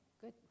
Good